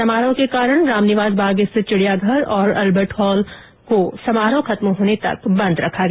समारोह के कारण रामनिवास बाग स्थित चिड़ियाघर और अल्बर्ट हॉल समारोह खत्म होने तक बंद रखा गया